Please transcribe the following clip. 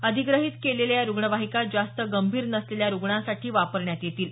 अधिग्रहित केलेली या रुग्णवाहिका जास्त गंभीर नसलेल्या रुग्णांसाठी वापरण्यात येतील